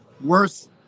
worse